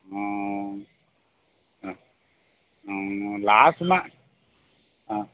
ಹ್ಞೂ ಹಾಂ ಹ್ಞೂ ಲಾಸ್ ಹಾಂ